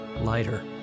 lighter